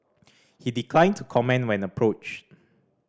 he declined to comment when approached